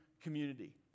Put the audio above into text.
community